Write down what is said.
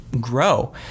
grow